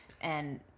and-